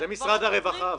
זה משרד הרווחה.